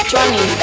Johnny